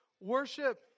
worship